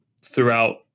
Throughout